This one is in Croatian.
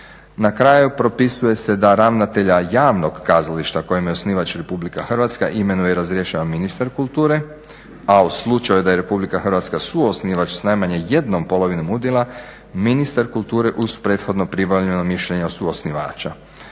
Na kraju, propisuje se da ravnatelja javnog kazališta kojem je osnivač Republika Hrvatska imenuje i razrješava ministar kulture, a u slučaju da je Republika Hrvatska suosnivač s najmanje ½ udjela ministar kulture uz prethodno pribavljeno mišljenje od suosnivača.